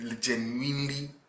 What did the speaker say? genuinely